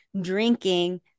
drinking